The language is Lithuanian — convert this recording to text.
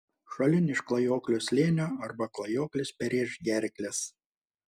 šalin iš klajoklio slėnio arba klajoklis perrėš gerkles